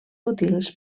útils